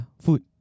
food